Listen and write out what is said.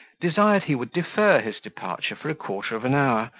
desired he would defer his departure for a quarter of an hour,